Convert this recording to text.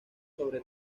sobre